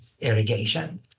irrigation